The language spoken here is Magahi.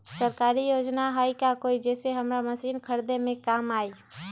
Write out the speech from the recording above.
सरकारी योजना हई का कोइ जे से हमरा मशीन खरीदे में काम आई?